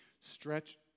stretch